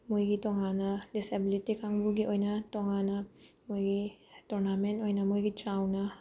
ꯃꯣꯏꯒꯤ ꯇꯣꯡꯉꯥꯟꯅ ꯗꯤꯁꯑꯦꯕꯤꯂꯤꯇꯤ ꯀꯥꯡꯕꯨꯒꯤ ꯑꯣꯏꯅ ꯇꯣꯉꯥꯟꯅ ꯃꯣꯏꯒꯤ ꯇꯣꯔꯅꯥꯃꯦꯟ ꯑꯣꯏꯅ ꯃꯣꯏꯒꯤ ꯆꯥꯎꯅ